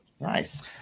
Nice